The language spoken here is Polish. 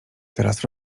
teraz